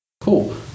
Cool